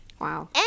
Wow